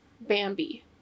Bambi